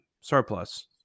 surplus